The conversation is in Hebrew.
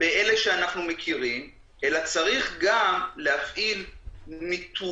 באלה שאנחנו מכירים אלא צריך גם להפעיל ניטור,